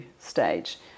stage